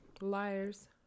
Liars